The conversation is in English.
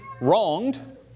wronged